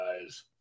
guys